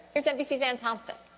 here's nbc's anne thompson.